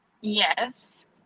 Yes